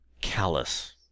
callous